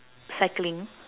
cycling